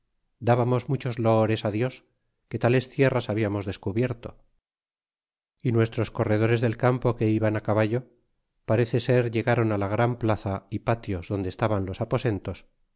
dábamos muchos loores dios que tales tierras habiamos descubierto y nuestros corredores del campo que iban á caballo parece ser llegaron la gran plaza y patios donde estaban los aposentos